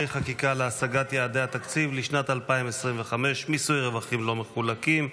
חקיקה להשגת יעדי התקציב לשנת 2025) (מיסוי רווחים לא מחולקים),